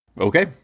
Okay